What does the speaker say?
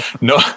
No